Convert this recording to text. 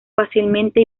fácilmente